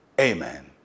amen